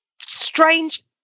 strange